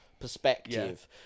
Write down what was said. Perspective